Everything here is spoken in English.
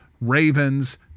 Ravens